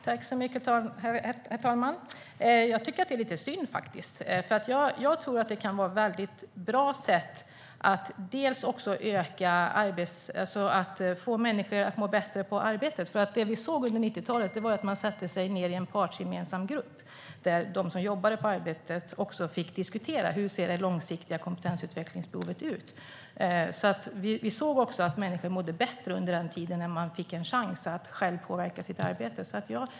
Herr talman! Jag tycker att det är lite synd, för jag tror att det kan vara ett väldigt bra sätt att få människor att må bra på arbetet. Under 90-talet såg vi att man satte sig ned i en partsgemensam grupp där de som jobbade på arbetsplatsen fick diskutera hur det långsiktiga kompetensutvecklingsbehovet ut. Vi såg också att människor mådde bättre under den tiden när de fick en chans att själv påverka sitt arbete.